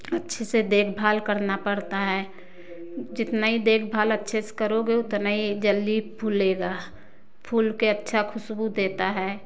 अच्छे से देखभाल करना पड़ता है जितना ही देखभाल अच्छे से करोगे उतना ही जल्दी फूलेगा फूलके अच्छा खुशबू देता है